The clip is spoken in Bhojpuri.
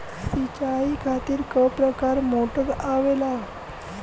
सिचाई खातीर क प्रकार मोटर आवेला?